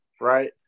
right